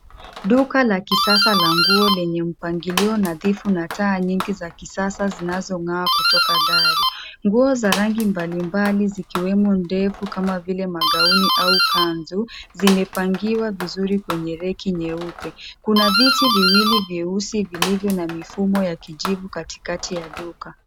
Duka la kisasa la nguo lenye mpangilio nadhifu na taa nyingi za kisasa zinazong'aa kutoka dari. Nguo za rangi mbalimbali zikiwemo ndefu kama vile magauni au kanzu zimepangiwa vizuri kwenye reki jeupe. Kuna viti viwili vyeusi vilivyo na mifumo ya kijivu katikati ya duka